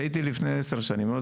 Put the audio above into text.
הייתי לפני עשר שנים.